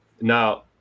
Now